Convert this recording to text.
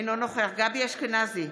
אינו נוכח גבי אשכנזי,